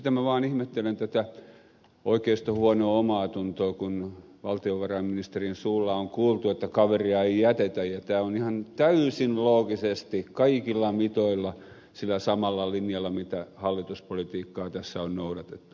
minä vaan ihmettelen tätä oikeiston huonoa omaatuntoa kun valtiovarainministerin suulla on kuultu että kaveria ei jätetä ja tämä on ihan täysin loogisesti kaikilla mitoilla sillä samalla linjalla mitä hallituspolitiikkaa tässä on noudatettu